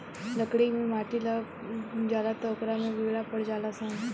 लकड़ी मे माटी लाग जाला त ओकरा में कीड़ा पड़ जाल सन